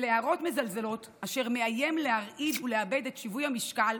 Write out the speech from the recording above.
של הערות מזלזלות אשר מאיים להרעיד ולאבד את שיווי המשקל